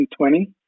2020